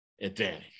advantage